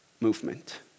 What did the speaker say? movement